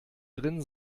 drin